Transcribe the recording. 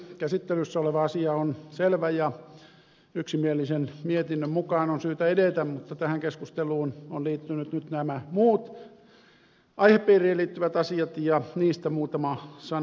käsittelyssä oleva asia on selvä ja yksimielisen mietinnön mukaan on syytä edetä mutta tähän keskusteluun ovat liittyneet nyt nämä muut aihepiiriin liittyvät asiat ja niistä muutama sana